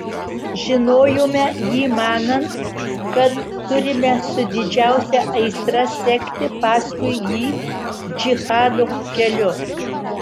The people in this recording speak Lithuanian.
žinojome jį manant kad turime su didžiausia aistra sekti paskui jį džihado keliu